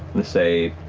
to say,